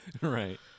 right